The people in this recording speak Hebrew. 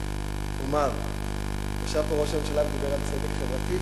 ישב פה ראש הממשלה ודיבר פה על צדק חברתי,